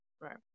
right